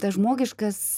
tas žmogiškas